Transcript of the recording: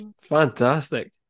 Fantastic